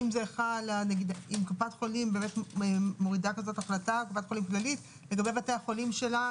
אם קופת חולים כללית מחליטה לגבי החולים שלה,